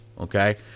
Okay